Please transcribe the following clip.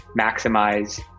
maximize